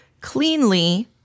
cleanly